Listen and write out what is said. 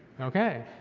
okay,